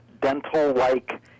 dental-like